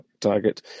target